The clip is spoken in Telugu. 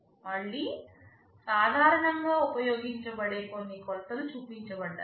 మళ్ళీ సాధారణం గా ఉపయోగించబడే కొన్ని కొలతలు చూపించబడ్డాయి